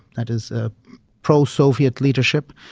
that is ah pro-soviet leadership,